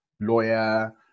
lawyer